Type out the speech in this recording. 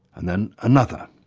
and then another,